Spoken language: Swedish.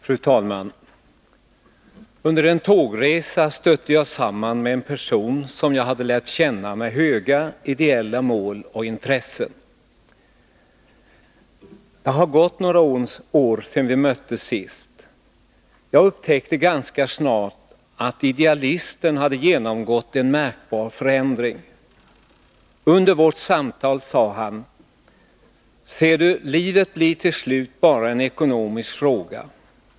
Fru talman! Under en tågresa stötte jag samman med en person med höga ideella mål och intressen som jag hade lärt känna. Det hade gått några år sedan vi möttes senast, och jag upptäckte ganska snart att idealisten hade genomgått en märkbar förändring. Under vårt samtal sade han: Ser du, livet blir till slut bara en ekonomisk fråga.